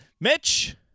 Mitch